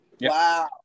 Wow